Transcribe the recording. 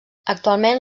actualment